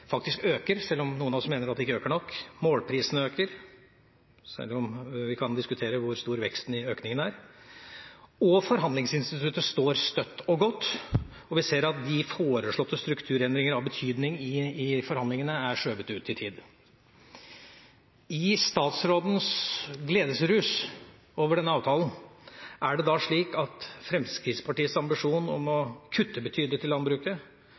kan diskutere hvor stor veksten i økningen er, forhandlingsinstituttet står støtt og godt, og vi ser at de foreslåtte strukturendringer av betydning i forhandlingene er skjøvet ut i tid. I statsrådens gledesrus over denne avtalen, er det da slik at Fremskrittspartiets ambisjon om å kutte betydelig i landbruket,